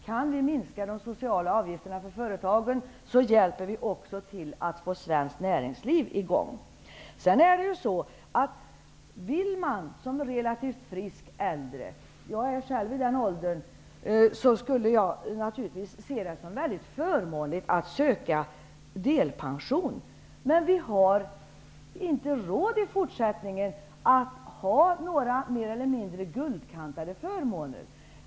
Om vi kan minska de sociala avgifterna för företagen hjälper också vi till att få i gång svenskt näringsliv. Om man som äldre och relativt frisk vill söka delpension -- jag är själv i den åldern -- ser man det naturligtvis som mycket förmånligt att göra det. Men vi har i fortsättningen inte råd att ha några mer eller mindre guldkantade förmåner.